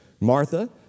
Martha